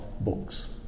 books